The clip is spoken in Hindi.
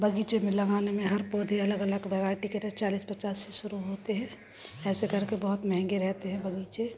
बगीचे में लगाने में हर पौधे अलग अलग वैरायटी चालीस से पचास से शुरू होते हैं ऐसे करके बहुत महँगे रहते हैं बगीचे